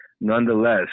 nonetheless